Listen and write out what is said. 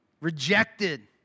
rejected